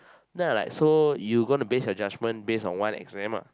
then I like so you going to based your judgment based on one exam ah